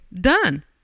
done